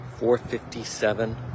457